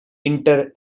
inter